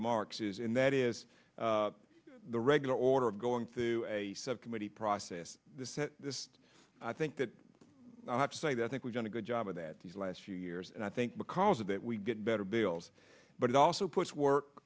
remarks is in that is the regular order of going through a committee process i think that i have to say that i think we've done a good job of that these last few years and i think because of that we get better bills but it also puts work